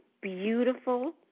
beautiful